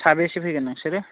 साबेसे फैगोन नोंसोरो